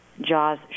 jaws